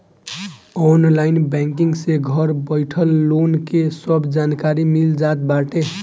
online banking से घर बइठल लोन के सब जानकारी मिल जात बाटे